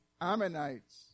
Ammonites